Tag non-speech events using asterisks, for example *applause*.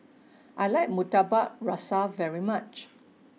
*noise* I like Murtabak Rusa very much